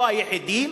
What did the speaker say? לא היחידים.